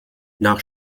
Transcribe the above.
nach